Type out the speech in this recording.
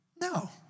No